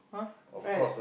!huh! right